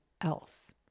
else